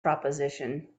proposition